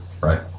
Right